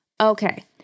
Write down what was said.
Okay